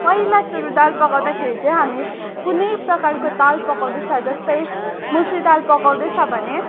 पहिला सुरु दाल पकाउँदाखेरि चाहिँ हामी कुनै प्रकारको दाल पकाउँदैछ जस्तै मुसुरी दाल पकाउँदैछ भने